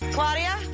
Claudia